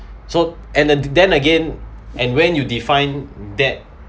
so and the then again and when you define that